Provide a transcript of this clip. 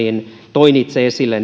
toin itse esille